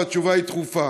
והתשובה היא דחופה.